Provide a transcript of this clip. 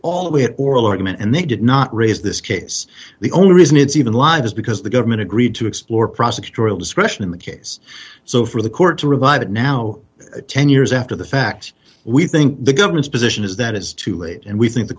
had oral argument and they did not raise this case the only reason it's even live is because the government agreed to explore prosecutorial discretion in the case so for the court to rebut it now ten years after the fact we think the government's position is that it is too late and we think the